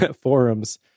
forums